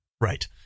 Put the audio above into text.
Right